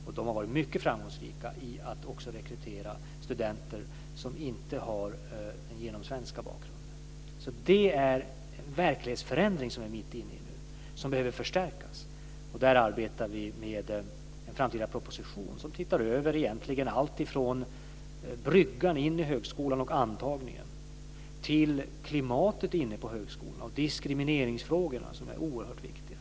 Man har varit mycket framgångsrik i att också rekrytera studenter som inte har den genomsvenska bakgrunden. Det är en verklighetsförändring vi nu är mitt inne i som behöver förstärkas. Vi arbetar med en framtida proposition och tittar över egentligen allt från bryggan in i högskolan och antagningen till klimatet på högskolan och diskrimineringsfrågorna, som är oerhört viktiga.